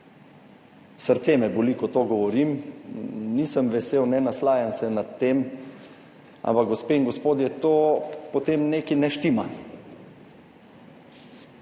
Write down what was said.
Srce me boli, ko to govorim. Nisem vesel. Ne naslajam se nad tem, ampak gospe in gospodje, to potem nekaj ne štima.